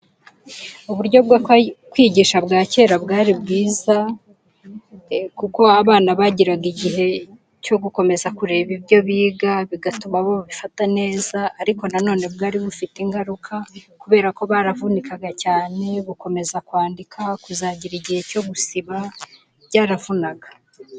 Uburyo bwo kwigisha bwa kera bwari bwiza kuko abana bagiraga igihe cyo gukomeza kureba ibyo biga bigatuma bo babifata neza ariko na none bwari bufite ingaruka kubera ko baravunikaga cyane, gukomeza kwandika, kuzagira igihe cyo gusiba, byaravunaga.